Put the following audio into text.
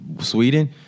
Sweden-